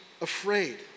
afraid